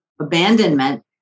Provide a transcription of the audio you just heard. abandonment